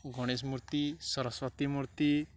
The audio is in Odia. ଗଣେଶ ମୂର୍ତ୍ତି ସରସ୍ୱତୀ ମୂର୍ତ୍ତି